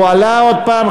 הוא עלה עוד הפעם,